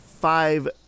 five